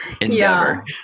endeavor